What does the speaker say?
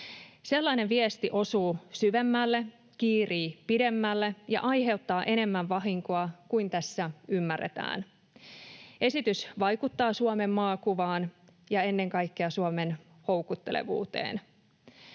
Sellainen viesti osuu syvemmälle, kiirii pidemmälle ja aiheuttaa enemmän vahinkoa kuin tässä ymmärretään. Esitys vaikuttaa Suomen maakuvaan ja ennen kaikkea Suomen houkuttelevuuteen.